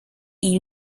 you